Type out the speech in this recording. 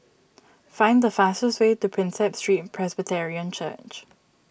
find the fastest way to Prinsep Street Presbyterian Church